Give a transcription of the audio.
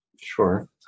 Sure